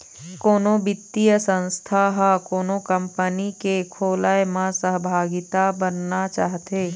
कोनो बित्तीय संस्था ह कोनो कंपनी के खोलय म सहभागिता बनना चाहथे